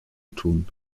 tun